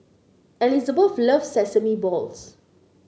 Elisabeth loves Sesame Balls